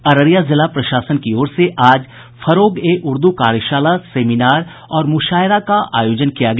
अररिया जिला प्रशासन की ओर से आज फरोग ए उर्दू कार्यशाला सेमिनार और मुशायरा का आयोजन किया गया